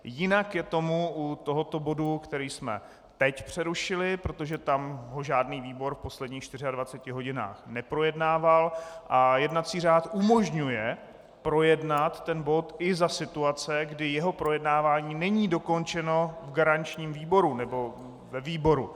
Jinak je tomu u tohoto bodu, který jsme teď přerušili, protože tam to žádný výbor v posledních 24 hodinách neprojednával a jednací řád umožňuje projednat ten bod i za situace, kdy jeho projednávání není dokončeno v garančním výboru, nebo ve výboru.